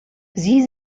sie